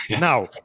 Now